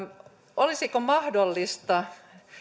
olisiko mahdollista